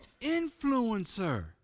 influencer